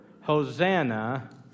Hosanna